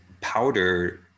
powder